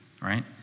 right